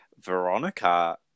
Veronica